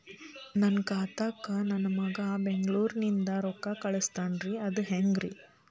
ನನ್ನ ಖಾತಾಕ್ಕ ನನ್ನ ಮಗಾ ಬೆಂಗಳೂರನಿಂದ ರೊಕ್ಕ ಕಳಸ್ತಾನ್ರಿ ಅದ ಹೆಂಗ್ರಿ?